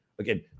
Again